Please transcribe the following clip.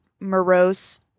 morose